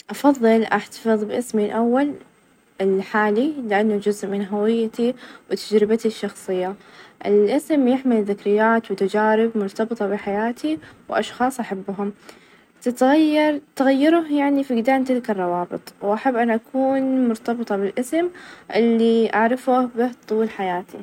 أفظل احتفظ باسمي الأول الحالي؛ لإنه جزء من هويتي، وتجربتي الشخصية، الاسم يحمل ذكريات، وتجارب مرتبطة بحياتي، وأشخاص أحبهم -تتغير- تغيره يعني فقدان تلك الروابط، وأحب أن أكون مرتبطة بالاسم اللي أعرفه به طول حياتي.